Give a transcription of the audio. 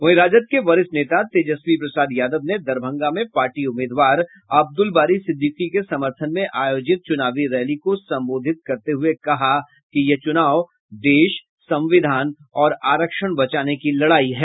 वहीं राजद के वरिष्ठ नेता तेजस्वी प्रसाद यादव ने दरभंगा में पार्टी उम्मीदवार अब्द्रल बारी सिदिदकी के समर्थन में आयोजित चुनावी रैली को संबोधित करते हुए कहा कि यह चुनाव देश संविधान और आरक्षण बचाने की लड़ाई है